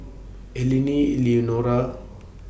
Eleni Eleonora